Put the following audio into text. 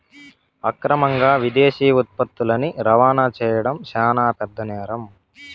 అక్రమంగా విదేశీ ఉత్పత్తులని రవాణా చేయడం శాన పెద్ద నేరం